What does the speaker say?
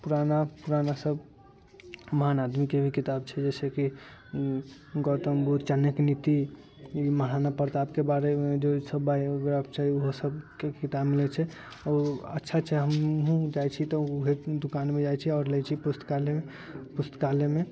पुराना पुराना सब महान आदमीके भी किताब छै जइसेकि गौतम बुद्ध चाणक्य नीति महराणा प्रतापके बारेमे जे सब बायोग्राफ छै ओहो सबके किताब मिलै छै अच्छा अच्छा हमहू जाइ छी तऽ ओहे दुकानमे जाइ छै आओर लै छी पुस्तकालयमे पुस्तकालयमे